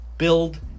build